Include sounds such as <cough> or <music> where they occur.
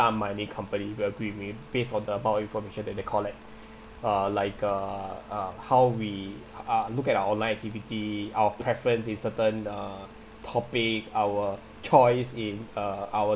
mining company will be based on the amount of information that they collect <breath> uh like uh uh how we uh look at our online activity our preference in certain uh topic our choice in uh our